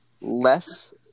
less